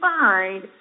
find